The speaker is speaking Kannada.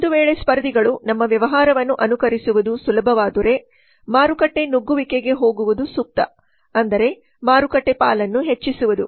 ಒಂದು ವೇಳೆ ಸ್ಪರ್ಧಿಗಳು ನಮ್ಮ ವ್ಯವಹಾರವನ್ನು ಅನುಕರಿಸುವುದು ಸುಲಭವಾದರೆ ಮಾರುಕಟ್ಟೆ ನುಗ್ಗುವಿಕೆಗೆ ಹೋಗುವುದು ಸೂಕ್ತ ಅಂದರೆ ಮಾರುಕಟ್ಟೆ ಪಾಲನ್ನು ಹೆಚ್ಚಿಸುವುದು